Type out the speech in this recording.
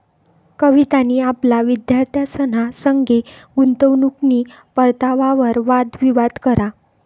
कवितानी आपला विद्यार्थ्यंसना संगे गुंतवणूकनी परतावावर वाद विवाद करा